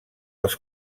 els